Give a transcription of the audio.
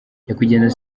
nyakwigendera